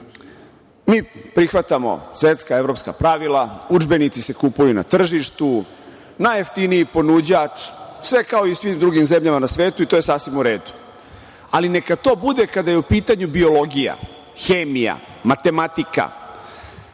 mi prihvatamo svetska evropska pravila, udžbenici se kupuju na tržištu, najjeftiniji ponuđač, sve kao i u svim drugim zemljama na svetu i to je sasvim u redu. Ali neka to bude kada je u pitanju biologija, hemija, matematika.